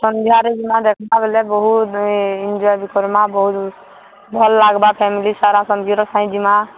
ସନ୍ଧ୍ୟାରେ ଯିମା ଦେଖ୍ମା ବେଲେ ବହୁତ୍ ଏନ୍ଜୟେ ବି କର୍ମା ବହୁତ୍ ଭଲ୍ ଲାଗ୍ବା ଫ୍ୟାମିଲି ସାରା ସନ୍ଧ୍ୟାରେ ଯିମା